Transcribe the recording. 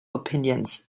opinions